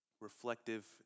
reflective